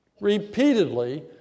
repeatedly